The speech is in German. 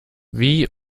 wie